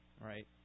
right